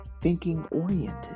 thinking-oriented